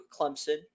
Clemson